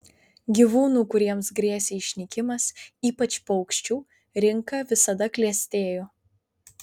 gyvūnų kuriems grėsė išnykimas ypač paukščių rinka visada klestėjo